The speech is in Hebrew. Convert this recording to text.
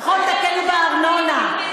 לפחות תקלו בארנונה,